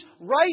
right